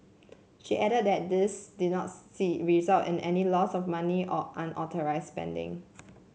she added that this did not see result in any loss of money or unauthorised spending